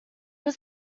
was